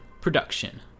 production